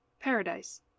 Paradise